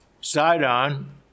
Sidon